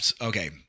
okay